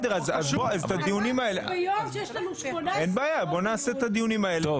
אמרתי שיש לנו היום 18 שעות דיון ולילה לבן.